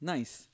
Nice